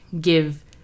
give